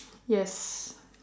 yes